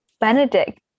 Benedict